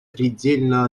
предельно